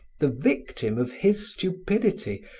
the victim of his stupidity,